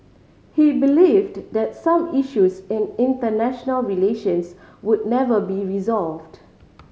he believed that some issues in international relations would never be resolved